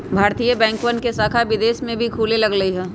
भारतीय बैंकवन के शाखा विदेश में भी खुले लग लय है